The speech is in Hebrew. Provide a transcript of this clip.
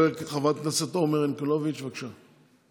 חברת הכנסת עומר ינקלביץ', בבקשה.